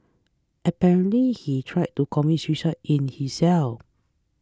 apparently he tried to commit suicide in his cell